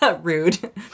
Rude